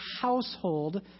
household